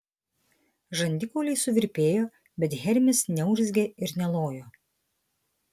žandikauliai suvirpėjo bet hermis neurzgė ir nelojo